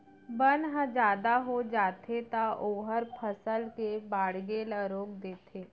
बन ह जादा हो जाथे त ओहर फसल के बाड़गे ल रोक देथे